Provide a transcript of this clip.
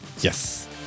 Yes